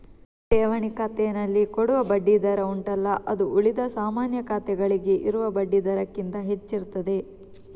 ಈ ಠೇವಣಿ ಖಾತೆನಲ್ಲಿ ಕೊಡುವ ಬಡ್ಡಿ ದರ ಉಂಟಲ್ಲ ಅದು ಉಳಿದ ಸಾಮಾನ್ಯ ಖಾತೆಗಳಿಗೆ ಇರುವ ಬಡ್ಡಿ ದರಕ್ಕಿಂತ ಹೆಚ್ಚಿರ್ತದೆ